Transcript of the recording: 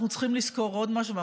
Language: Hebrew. אנחנו צריכים לזכור עוד משהו,